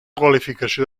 qualificació